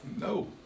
No